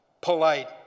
polite